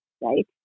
Right